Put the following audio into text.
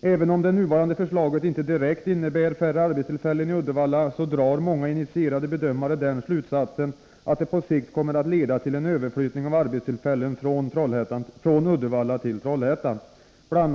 Även om det nuvarande förslaget inte direkt innebär färre arbetstillfällen i Uddevalla, drar många initierade bedömare den slutsatsen att det på sikt kommer att leda till en överflyttning av arbetstillfällen från Uddevalla till Trollhättan. Bl.